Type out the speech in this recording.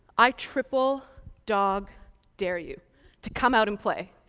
i triple dog dare you to come out and play!